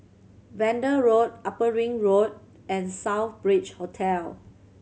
Vanda Road Upper Ring Road and Southbridge Hotel